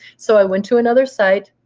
so i went to another site,